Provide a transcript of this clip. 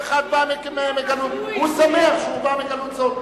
הוא שמח שהוא בא מגלות זאת.